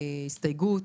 הסתייגות,